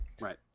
Right